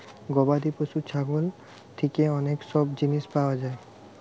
গবাদি পশু ছাগল থিকে অনেক সব জিনিস পায়া যাচ্ছে